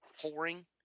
pouring